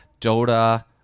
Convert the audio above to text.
Dota